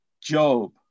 Job